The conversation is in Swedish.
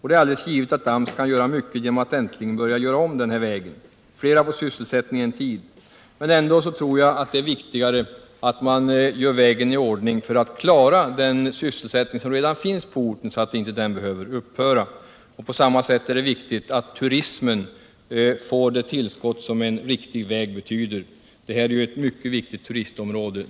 Det är alldeles givet att AMS kan göra mycket genom att äntligen börja göra om den här vägen. Flera får sysselsättning en tid. Men ändå betraktar jag det som viktigare att man gör vägen i ordning för att klara den sysselsättning som redan finns på orten. Det är också viktigt för turismen att vi får det tillskott som en riktig väg betyder. Det är ju fråga om ett numera mycket viktigt turistområde.